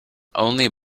only